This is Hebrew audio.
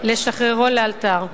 לשחררו לאלתר.